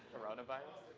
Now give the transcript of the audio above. coronavirus.